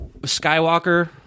skywalker